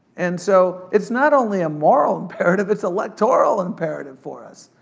and so, it's not only a moral imperative, it's electoral imperative for us.